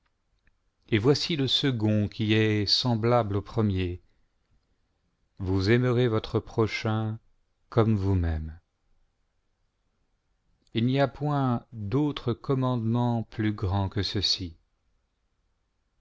et voici le second qui est semblable au premier vous il aimerez votre prochain comme vous-même il n'y a point d'autre commandement plus grand que ceux-ci